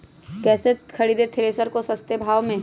कैसे खरीदे थ्रेसर को सस्ते भाव में?